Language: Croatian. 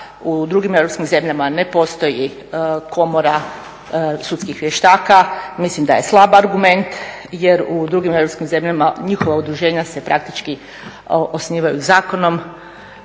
u drugim europskim zemljama ne postoji komora sudskih vještaka mislim da je slab argument jer u drugim europskim zemljama njihova udruženja se praktički osnivaju zakonom